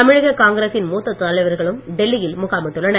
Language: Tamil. தமிழக காங்கிரசின் மூத்த தலைவர்களும் டெல்லியில் முகாமிட்டுள்ளனர்